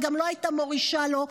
היא גם לא הייתה מורישה לו,